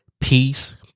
peace